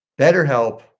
BetterHelp